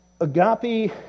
Agape